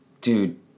dude